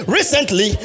Recently